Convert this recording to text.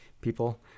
people